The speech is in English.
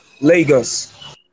Lagos